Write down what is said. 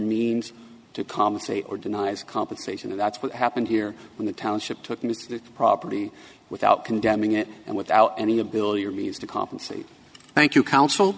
means to compensate or denies compensation and that's what happened here when the township took its property without condemning it and without any ability or means to compensate thank you counsel